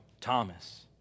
Thomas